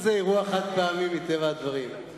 אבל זה אירוע חד-פעמי, מטבע הדברים.